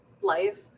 life